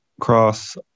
cross